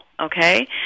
Okay